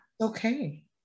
Okay